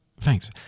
Thanks